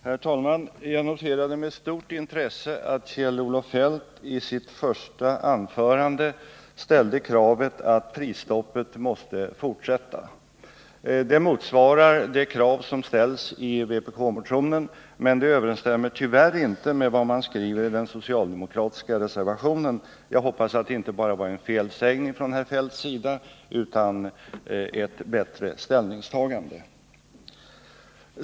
Herr talman! Jag noterade med stort intresse att Kjell-Olof Feldt i sitt första anförande ställde kravet att prisstoppet måste fortsätta. Det motsvarar det krav som ställs i vpk-motionen, men det överensstämmer tyvärr inte med vad man skriver i den socialdemokratiska reservationen. Jag hoppas att det inte bara var en felsägning från herr Feldts sida utan ett bättre ställningstagande.